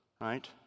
Right